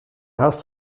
hast